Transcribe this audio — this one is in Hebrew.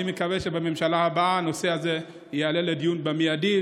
אני מקווה שבממשלה הבאה הנושא הזה יעלה לדיון במיידי,